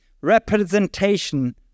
representation